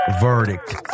verdict